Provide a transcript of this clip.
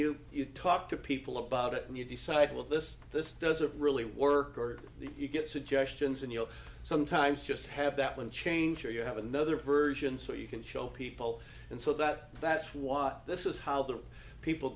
know you talk to people about it and you decide well this this doesn't really work or you get suggestions and you know sometimes just have that one change or you have another version so you can show people and so that that's why this is how the people